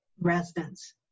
residents